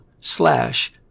slash